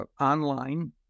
online